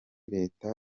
leta